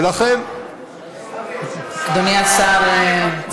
ולכן, הוא לא שמע, אדוני השר, מה?